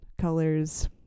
colors